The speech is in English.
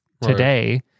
today